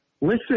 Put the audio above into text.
listen